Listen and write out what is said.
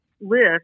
list